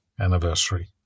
anniversary